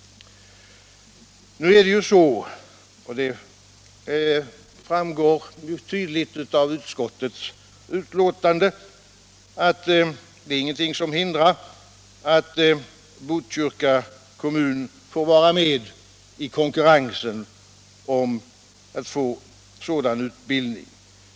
Ingenting hindrar — det framgår ju tydligt av utskottets betänkande — att Botkyrka kommun får vara med i konkurrensen om att få sådan utbildning.